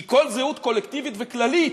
כי כל זהות קולקטיבית וכללית,